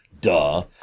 Duh